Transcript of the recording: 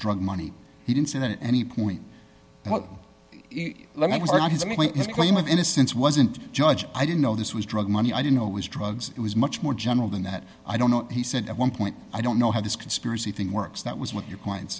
drug money he didn't say that any point let was not his i mean his claim of innocence wasn't judge i didn't know this was drug money i didn't know was drugs it was much more general than that i don't know he said at one point i don't know how this conspiracy thing works that was with your clients